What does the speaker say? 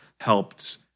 helped